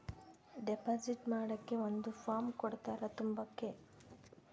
deposit ಮಾಡಕ್ಕೆ ಒಂದ್ form ಕೊಡ್ತಾರ ತುಂಬಕ್ಕೆ